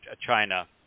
China